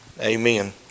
Amen